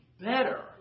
better